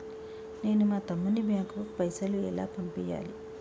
నేను మా తమ్ముని బ్యాంకుకు పైసలు ఎలా పంపియ్యాలి?